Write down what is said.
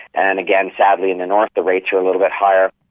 and again, sadly, in the north the rates are a little bit higher.